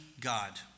God